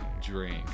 drink